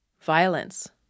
violence